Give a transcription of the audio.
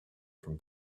from